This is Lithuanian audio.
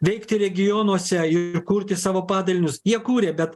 veikti regionuose ir kurti savo padalinius jie kūrė bet